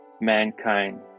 mankind